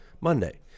Monday